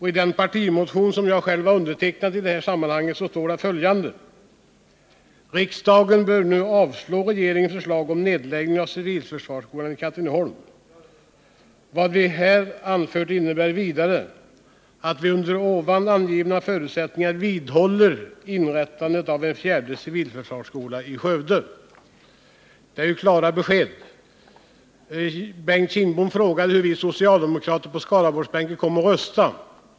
I den partimotion som jag har undertecknat i sammanhanget står följande: ”Riksdagen bör därför nu avslå regeringens förslag om en nedläggning av civilförsvarsskolan i Katrineholm. Vad vi här anfört innebär vidare att vi, under ovan angivna förutsättningar, vidhåller inrättandet av den fjärde civilförsvarsskolan i Skövde.” Det är klara besked. Bengt Kindbom frågade hur vi socialdemokrater på Skaraborgsbänken kommer att rösta.